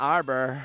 Arbor